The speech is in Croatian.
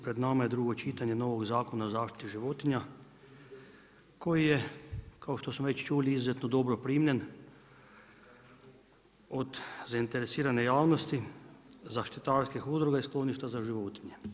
Pred nama je drugo čitanje novog Zakona o zaštiti životinja koji je kao što smo već čuli izuzetno dobro primljen od zainteresirane javnosti, zaštitarskih udruga i skloništa za životinje.